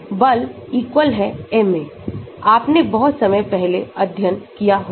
बल ma आपने बहुत समय पहले अध्ययन किया होगा